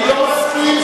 אני לא מסכים.